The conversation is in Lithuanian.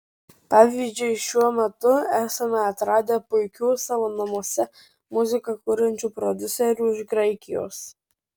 pavyzdžiui šiuo metu esame atradę puikių savo namuose muziką kuriančių prodiuserių iš graikijos